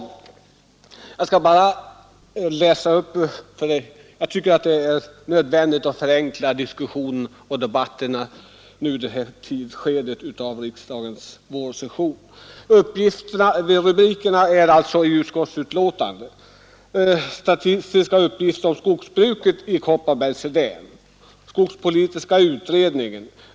Jag tycker att det är nödvändigt att förenkla debatterna i detta skede av riksdagens vårsession. Jag skall därför bara läsa upp rubrikerna ur utskottets betänkande: Statistiska uppgifter om skogsbruket i Kopparbergs län, Skogspolitiska utredningen.